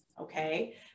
Okay